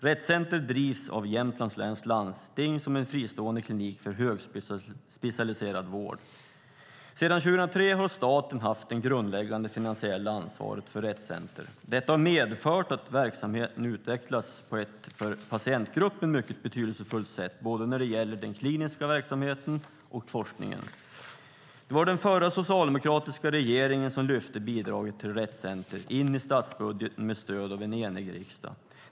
Rett Center drivs av Jämtlands läns landsting som en fristående klinik för högspecialiserad vård. Sedan 2003 har staten haft det grundläggande finansiella ansvaret för Rett Center. Detta har medfört att verksamheten har utvecklats på ett för patientgruppen mycket betydelsefullt sätt, både när det gäller den kliniska verksamheten och när det gäller forskningen. Det var den förra socialdemokratiska regeringen som lyfte bidraget till Rett Center in i statsbudgeten med stöd av en enig riksdag.